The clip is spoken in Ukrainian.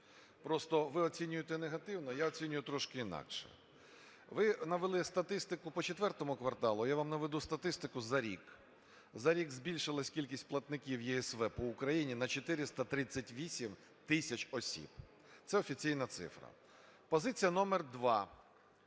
Просто ви оцінюєте негативно, а я оціню трошки інакше. Ви навели статистику по IV кварталу, а я вам наведу статистику за рік. За рік збільшилась кількість платників ЄСВ по Україні на 438 тисяч осіб – це офіційна цифра. Позиція номер два.